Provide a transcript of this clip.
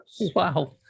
Wow